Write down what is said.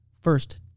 First